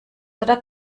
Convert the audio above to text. oder